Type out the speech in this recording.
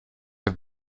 have